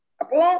apo